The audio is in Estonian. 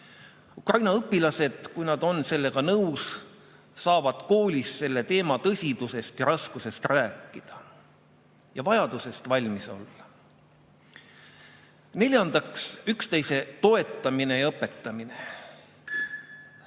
Ukraina õpilased, kui nad on sellega nõus, saavad koolis selle teema tõsidusest ja raskusest rääkida, ja vajadusest valmis olla. Neljandaks, üksteise toetamine ja õpetamine.